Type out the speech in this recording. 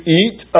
eat